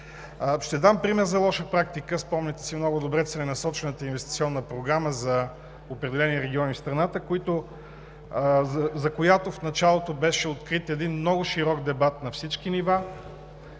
Ще дам пример за лоша практика. Спомняте си много добре целенасочената инвестиционна програма за определени региони в страната, за която в началото беше открит един много широк дебат на всички нива.